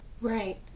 Right